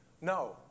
No